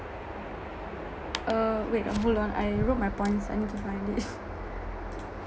uh wait ah hold on I wrote my points I need to find it